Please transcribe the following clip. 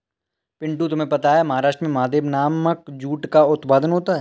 पिंटू तुम्हें पता है महाराष्ट्र में महादेव नामक जूट का उत्पादन होता है